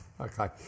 Okay